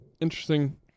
interesting